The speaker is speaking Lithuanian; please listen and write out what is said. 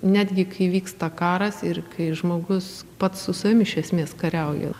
netgi kai vyksta karas ir kai žmogus pats su savim iš esmės kariauja